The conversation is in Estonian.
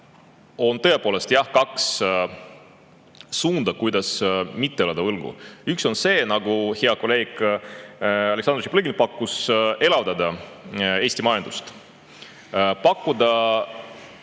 on tõepoolest, jah, kaks suunda, kuidas mitte elada võlgu. Üks on see, nagu hea kolleeg Aleksandr Tšaplõgin pakkus, et elavdada Eesti majandust, pakkuda